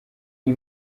iyi